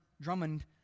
Drummond